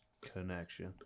Connection